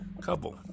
couple